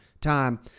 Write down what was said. time